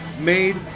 made